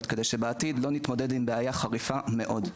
כדי שבעתיד לא נתמודד עם בעיה חריפה מאוד.